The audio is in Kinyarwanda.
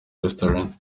restaurant